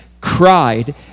cried